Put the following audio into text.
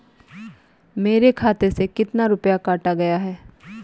मेरे खाते से कितना रुपया काटा गया है?